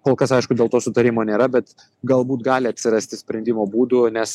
kol kas aišku dėl to sutarimo nėra bet galbūt gali atsirasti sprendimo būdų nes